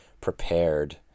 prepared